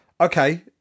Okay